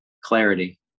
Clarity